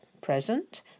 present